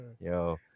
yo